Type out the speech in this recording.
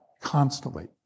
constantly